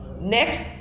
next